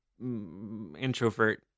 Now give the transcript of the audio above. introvert